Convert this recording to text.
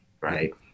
right